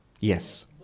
Yes